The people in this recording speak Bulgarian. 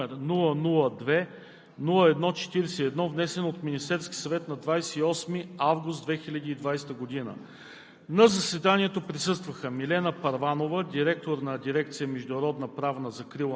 разгледа и обсъди Закон за изменение и допълнение на Семейния кодекс, № 002-01-41, внесен от Министерския съвет на 28 август 2020 г.